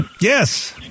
Yes